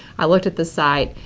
i looked at the site.